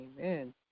amen